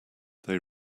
they